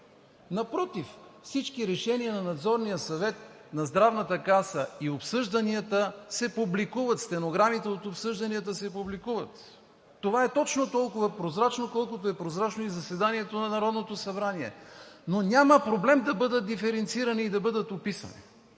Напротив – всички решения на Надзорния съвет на Здравната каса и обсъжданията се публикуват, стенограмите от обсъжданията се публикуват. Това е точно толкова прозрачно, колкото е прозрачно и заседанието на Народното събрание, няма проблем да бъдат диференцирани и да бъдат описани.